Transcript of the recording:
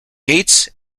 gates